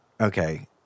Okay